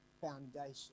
foundation